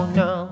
no